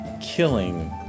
killing